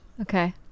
Okay